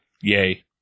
Yay